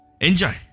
Enjoy